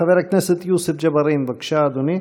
חבר הכנסת יוסף ג'בארין, בבקשה, אדוני.